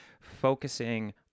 focusing